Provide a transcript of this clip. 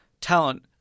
talent